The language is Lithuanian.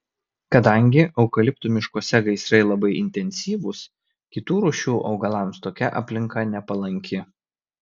kadangi eukaliptų miškuose gaisrai labai intensyvūs kitų rūšių augalams tokia aplinka nepalanki